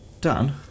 done